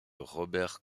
robert